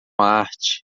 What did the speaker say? arte